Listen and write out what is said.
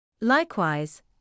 Likewise